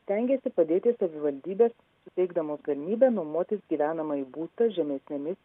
stengiasi padėti savivaldybės suteikdamos galimybę nuomotis gyvenamąjį būstą žemesnėmis